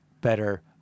better